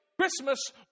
Christmas